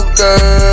girl